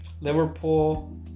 Liverpool